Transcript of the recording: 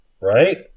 Right